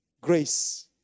grace